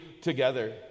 together